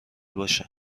باشه